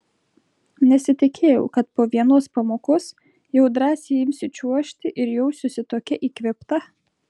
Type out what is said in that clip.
nesitikėjau kad po vienos pamokos jau drąsiai imsiu čiuožti ir jausiuosi tokia įkvėpta